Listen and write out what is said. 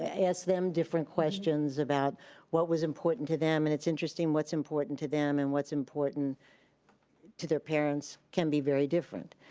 ah asked them different questions about what was important to them and it's interesting, what's important to them and what's important to their parents can be very different.